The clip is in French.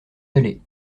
aller